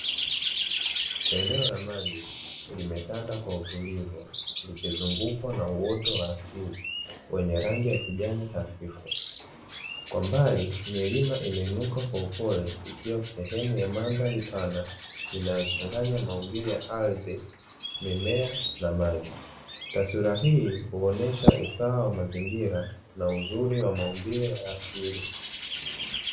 Eneo la maji limetanda kwa utulivu lilizungukwa na uoto wa asili wenye rangi ya kijani hafifu, kwa mbali milima imeinuka kwa upole ikiwa sehemu ya madhali pana inayochanganya maumbile ya ardhi, mimea na maji. Taswira hii huonyesha usawa wa mazingira na uzuri wa maumbile ya asili.